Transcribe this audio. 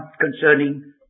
concerning